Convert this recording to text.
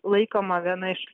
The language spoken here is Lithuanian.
laikoma viena iš